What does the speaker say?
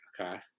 Okay